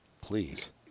please